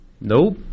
Nope